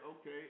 okay